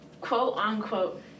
quote-unquote